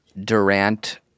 Durant